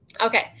Okay